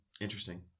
Interesting